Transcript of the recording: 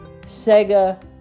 Sega